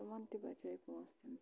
تِمَن تہِ بَچے پونٛسہٕ تَمہِ سۭتۍ